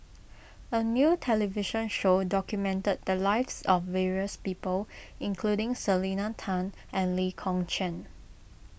a new television show documented the lives of various people including Selena Tan and Lee Kong Chian